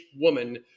woman